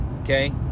okay